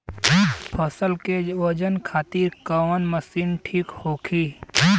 फसल के वजन खातिर कवन मशीन ठीक होखि?